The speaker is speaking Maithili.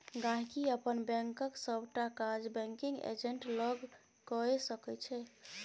गांहिकी अपन बैंकक सबटा काज बैंकिग एजेंट लग कए सकै छै